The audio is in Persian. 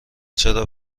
چرا